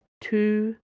Two